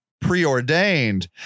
preordained